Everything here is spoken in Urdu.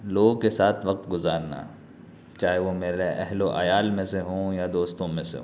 لوگوں کے ساتھ وقت گزارنا چاہے وہ میرے اہل و عیال میں سے ہوں یا دوستوں میں سے ہوں